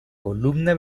columna